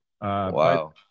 wow